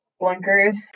blinkers